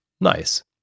Nice